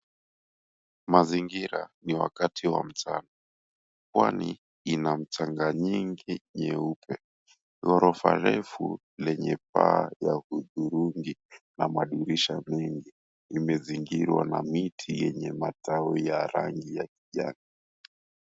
Mazingira ni wakati wa mchana. Pwani ina mchanga nyingi nyeupe. Ghorofa refu lenye paa ya hudhurungi na madirisha nyingi imezingirwa na miti yenye matawi ya rangi ya kijani.